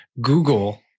Google